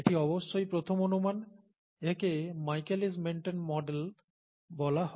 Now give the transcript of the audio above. এটি অবশ্যই প্রথম অনুমান একে মাইকেলিস মেন্টন মডেল বলা হয়